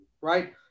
right